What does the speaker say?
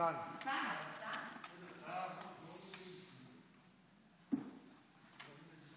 זיכרונו לברכה.) נא לשבת.